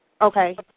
Okay